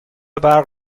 برق